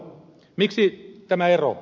miksi tämä ero